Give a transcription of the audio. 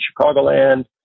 Chicagoland